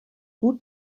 gut